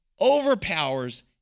overpowers